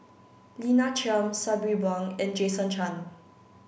Lina Chiam Sabri Buang and Jason Chan